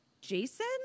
Jason